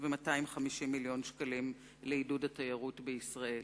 ו-250 מיליון שקלים לעידוד התיירות בישראל.